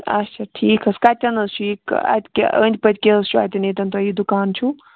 اچھا ٹھیٖک حظ کَتیٚن حظ چھُ یہِ اَتہِ کیٛاہ أنٛدۍ پٔکۍ کیٚاہ حظ چھُ اَتہِ ییٚتین تۄہہِ یہِ دُکان چھُو